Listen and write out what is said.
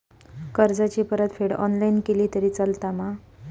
कर्जाची परतफेड ऑनलाइन केली तरी चलता मा?